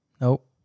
Nope